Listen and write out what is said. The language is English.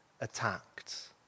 attacked